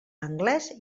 anglés